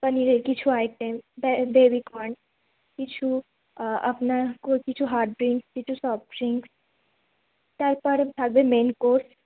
পনিরের কিছু item baby corn কিছু আপনার কিছু হার্ড ড্রিংকস কিছু সফ্ট ড্রিংকস তারপরে থাকবে মেন কোর্স